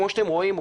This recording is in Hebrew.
כמו שאתם רואים,